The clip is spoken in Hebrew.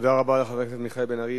תודה רבה לחבר הכנסת מיכאל בן-ארי.